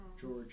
George